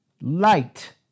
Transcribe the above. Light